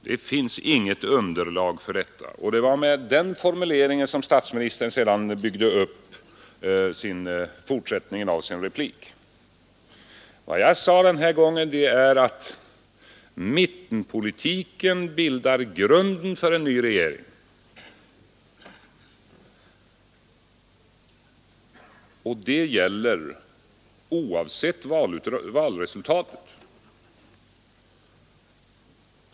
Jag har inte sagt så, men det var med den formuleringen som statsministern byggde upp fortsättningen av sin replik. Vad jag sade var att mittenpolitiken bildar grunden för en ny regering, och det gäller oavsett valresultatet.